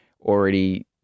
already